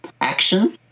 action